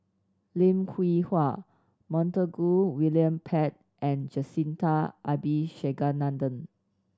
Lim Hwee Hua Montague William Pett and Jacintha Abisheganaden